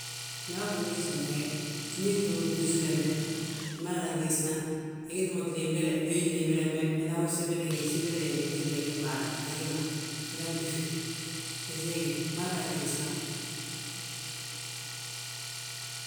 Njali ma bingiisi bñege? Ndu ugiti mo byuusi bembe, mmadana giisna, ugiti mo glimbire, yóyi glimbir wembe. Unan wi sibirsibir gbii glimbir ma a hí ma, inanɓéfi, insiigi, wi madana giisna.